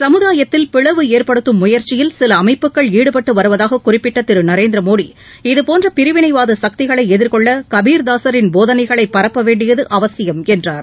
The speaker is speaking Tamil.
சமுதாயத்தில் பிளவு ஏற்படுத்தும் முயற்சியில் சில அமைப்புகள் ஈடுபட்டு வருவதாக குறிப்பிட்ட திரு நரேந்திர மோடி இதபோன்ற பிரிவினைவாத சக்திகளை எதிர்கொள்ள கபீர்தாஸரின் போதனைகளை பரப்ப வேண்டியது அவசியம் என்றார்